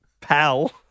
Pal